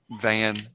van